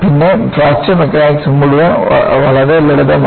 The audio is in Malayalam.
പിന്നെ ഫ്രാക്ചർ മെക്കാനിക്സ് മുഴുവൻ വളരെ ലളിതമായി